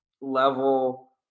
level